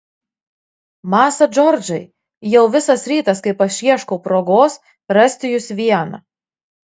masa džordžai jau visas rytas kaip aš ieškau progos rasti jus vieną